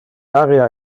area